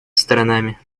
сторонами